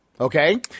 Okay